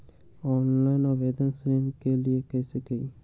Online आवेदन ऋन के लिए कैसे हुई?